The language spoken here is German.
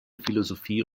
philosophie